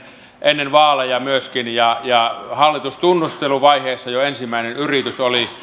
ennen vaaleja myöskin ja ja hallitustunnusteluvaiheessa jo ensimmäinen yritys oli